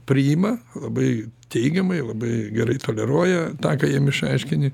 priima labai teigiamai labai gerai toleruoja tą ką jiem išaiškini